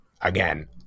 Again